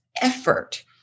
effort